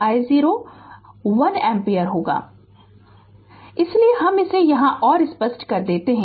Refer Slide Time 0119 इसलिए हम इसे यहाँ और स्पष्ट कर देते है